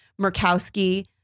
Murkowski